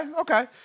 okay